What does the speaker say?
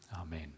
Amen